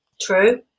True